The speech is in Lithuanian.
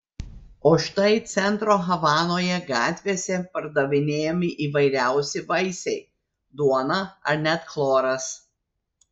o štai centro havanoje gatvėse pardavinėjami įvairiausi vaisiai duona ar net chloras